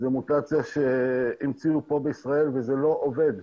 זה מוטציה שהמציאו פה בישראל, וזה לא עובד.